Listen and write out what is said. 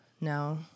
No